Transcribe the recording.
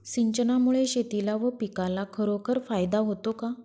सिंचनामुळे शेतीला व पिकाला खरोखर फायदा होतो का?